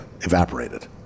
evaporated